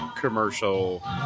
commercial